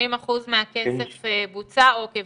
80% מהכסף בוצע, אוקיי.